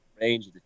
range